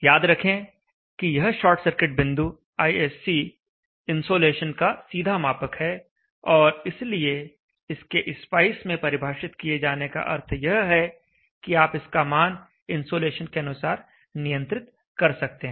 याद रखें की यह शॉर्ट सर्किट बिंदु ISC इन्सोलेशन का सीधा मापक है और इसलिए इसके स्पाइस में परिभाषित किए जाने का अर्थ यह है कि आप इसका मान इन्सोलेशन के अनुसार नियंत्रित कर सकते हैं